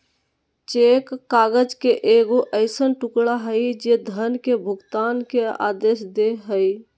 cheque काग़ज़ के एगो ऐसन टुकड़ा हइ जे धन के भुगतान के आदेश दे हइ